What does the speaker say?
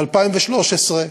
ב-2013,